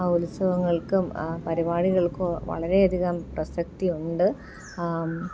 ആ ഉത്സവങ്ങൾക്കും പരിപാടികൾക്കും വളരെയധികം പ്രസക്തി ഉണ്ട്